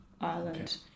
Ireland